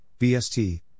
BST